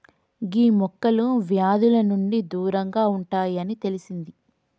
గీ మొక్కలు వ్యాధుల నుండి దూరంగా ఉంటాయి అని తెలిసింది